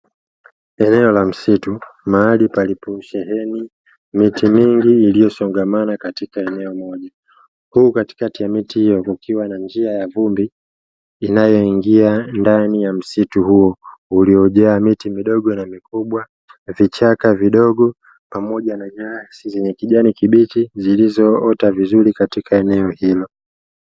Eneo la msitu, mahali paliposheheni miti mingi iliyosongamana katika eneo moja, huku katikati ya miti hiyo kukiwa na njia ya vumbi inayoingia ndani ya msitu huo uliojaa miti midogo na mikubwa, vichaka vidogo, pamoja nyasi zenye kijani kibichi zilizoota vizuri katika eneo hilo.